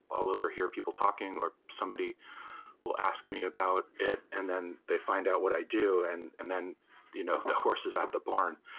all over here, people talking, or somebody will ask me about it and then they find out what i do, and and then you know the horses out of the barn,